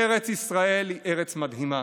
ארץ ישראל היא ארץ מדהימה.